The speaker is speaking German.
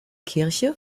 kirche